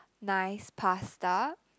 nice pasta